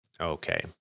Okay